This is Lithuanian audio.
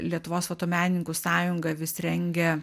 lietuvos fotomenininkų sąjunga vis rengia